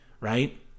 right